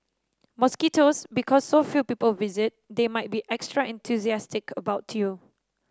mosquitoes Because so few people visit they might be extra enthusiastic about you